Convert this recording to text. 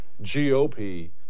GOP